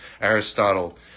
Aristotle